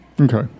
okay